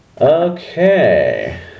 Okay